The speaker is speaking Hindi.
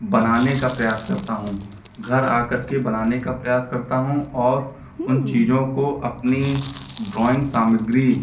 बनाने का प्रयास करता हूँ घर आ करके बनाने का प्रयास करता हूँ और उन चीज़ों को अपनी ड्राइंग सामग्री